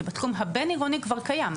כי בתחום הבין עירוני כבר קיים.